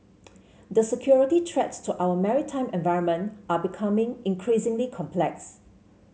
the security threats to our maritime environment are becoming increasingly complex